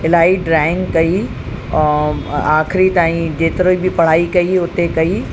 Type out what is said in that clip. इलाही ड्रॉइंग कयी ऐं आख़िरी ताईं जेतिरी बि पढ़ाई कयी हुते कयी